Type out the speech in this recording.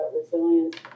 resilience